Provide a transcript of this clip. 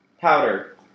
powder